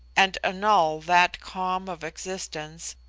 and annul that calm of existence,